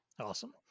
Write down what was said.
Awesome